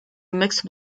mixed